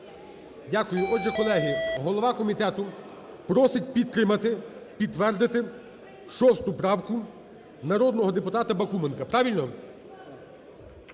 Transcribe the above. Дякую. Отже, колеги, голова комітету просить підтримати, підтвердити 6 правку народного депутата Бакуменка. Правильно?